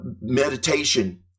meditation